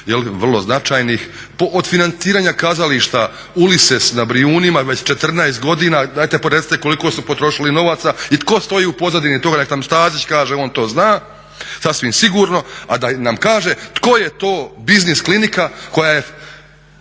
vrlo značajnih, od financiranja kazališta Ulysses na Brijunima već 14 godina. Dajte recite koliko smo potrošili novaca i tko stoji u pozadini toga, nek' nam Stazić kaže, on to zna sasvim sigurno. A da nam kaže tko je to biznis klinika koja je